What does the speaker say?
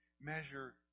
measure